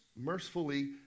mercifully